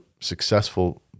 successful